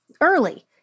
early